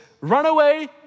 runaway